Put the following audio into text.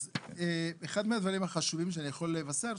אז אחד מהדברים החשובים שאני יכול לבשר,